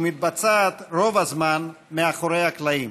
ומתבצעת רוב הזמן מאחורי הקלעים.